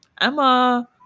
Emma